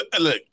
Look